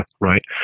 Right